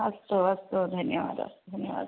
अस्तु अस्तु धन्यवादः धन्यवादः